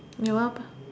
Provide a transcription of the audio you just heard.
your one bah